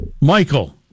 Michael